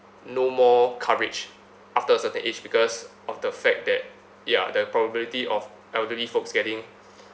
no more coverage after a certain age because of the fact that ya the probability of elderly folks getting